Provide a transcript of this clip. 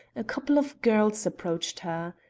a couple of girls approached her.